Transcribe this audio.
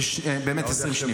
באמת 20 שניות.